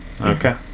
Okay